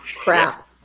Crap